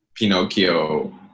Pinocchio